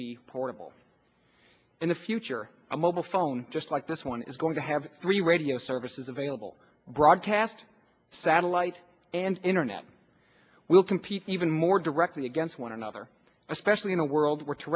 be portable in the future a mobile phone just like this one is going to have three radio services available broadcast satellite and internet will compete even more directly against one another especially in a world w